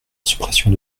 suppression